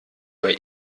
bei